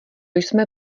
jsme